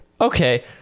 Okay